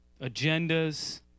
agendas